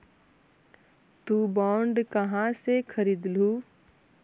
तु बॉन्ड कहा से खरीदलू?